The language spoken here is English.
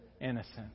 innocent